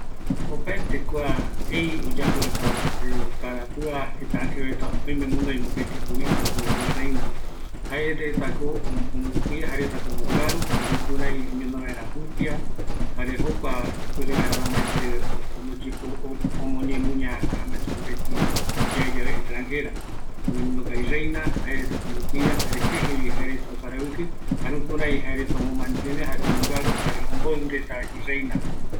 Opaete kua ei iyapoa reta oime guinoï mopetï juvisa, ani i reina, jaeko ombongaru, oepɨ, jukuraï oparavɨkɨ reta supe, oñemuña vaera, jare opaete rupi oeka tembiu